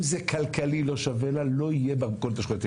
אם זה כלכלי לא שווה לה לא יהיה במכולת השכונתית.